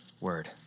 word